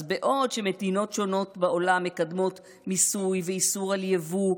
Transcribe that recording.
אז בעוד מדינות שונות בעולם מקדמות מיסוי ואיסור יבוא,